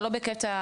לא בקטע,